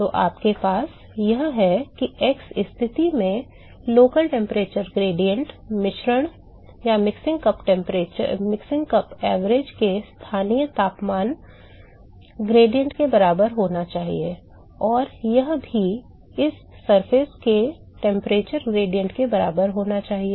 तो आपके पास यह है कि x स्थिति में स्थानीय तापमान ढाल मिश्रण कप औसत के स्थानीय तापमान ढाल के बराबर होना चाहिए और यह भी इस सतह के तापमान ढाल के बराबर होना चाहिए